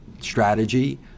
strategy